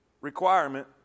requirement